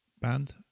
band